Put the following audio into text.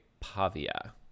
Pavia